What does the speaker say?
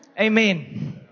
Amen